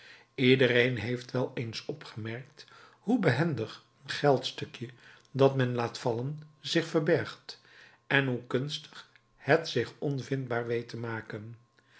iedereen heeft wel eens opgemerkt hoe behendig een geldstukje dat men laat vallen zich verbergt en hoe kunstig het zich onvindbaar weet te maken